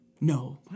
No